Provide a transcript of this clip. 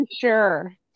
sure